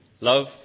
Love